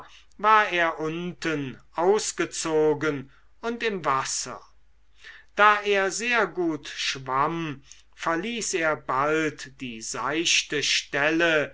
war er unten ausgezogen und im wasser da er sehr gut schwamm verließ er bald die seichte